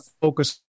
focus